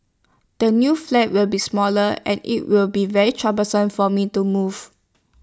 the new flat will be smaller and IT will be very troublesome for me to move